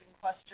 question